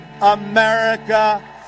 America